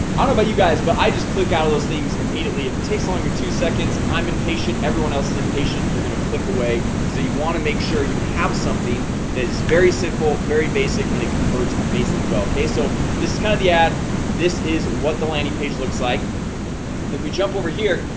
i don't buy you guys but i just click out of those things immediately if it takes longer two seconds. i'm impatient. everyone else is impatient they're gonna click away. so you want to make sure you have something that is very simple very basic and it converts amazingly well, okay. so this is kind of the ad this is what the landing page looks like and if we jump over here,